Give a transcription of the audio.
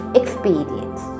experience